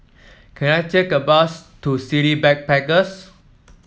can I take a bus to City Backpackers